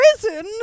prison